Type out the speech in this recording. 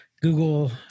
Google